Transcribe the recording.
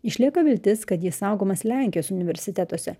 išlieka viltis kad jis saugomas lenkijos universitetuose